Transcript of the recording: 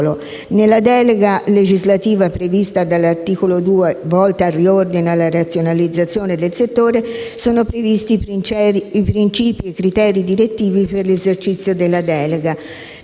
Nella delega legislativa prevista dall'articolo 2, volta al riordino ed alla razionalizzazione del settore, sono previsti i principi ed i criteri direttivi per l'esercizio della delega,